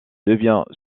devient